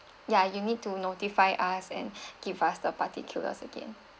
ya you need to notify us and give us the particulars again